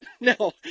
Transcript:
No